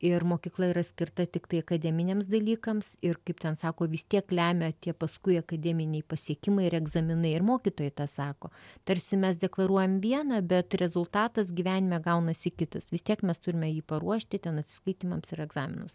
ir mokykla yra skirta tiktai akademiniams dalykams ir kaip ten sako vis tiek lemia tie paskui akademiniai pasiekimai ir egzaminai ir mokytojai tą sako tarsi mes deklaruojam viena bet rezultatas gyvenime gaunasi kitas vis tiek mes turime jį paruošti ten atsiskaitymams ir egzaminus